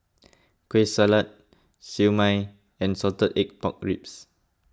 Kueh Salat Siew Mai and Salted Egg Pork Ribs